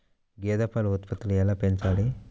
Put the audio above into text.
గేదె పాల ఉత్పత్తులు ఎలా పెంచాలి?